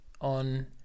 on